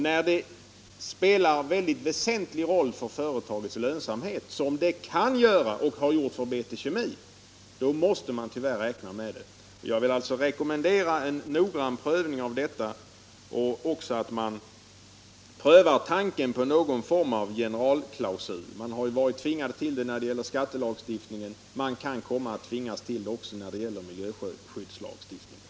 När det spelar en väldigt väsentlig roll för företagets lönsamhet, som det kan göra och har gjort för BT Kemi, måste man tyvärr räkna med detta. Jag vill alltså rekommendera att man noggrant prövar saken och även att man prövar tanken på någon form av generalklausul. Man har ju varit tvingad till det när det gäller skattelagstiftningen — man kan komma att tvingas till det också när det gäller miljöskyddslagstiftningen.